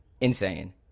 insane